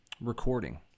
recording